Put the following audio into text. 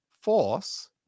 force